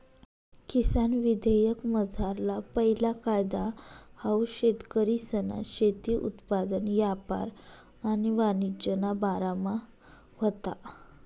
किसान विधेयकमझारला पैला कायदा हाऊ शेतकरीसना शेती उत्पादन यापार आणि वाणिज्यना बारामा व्हता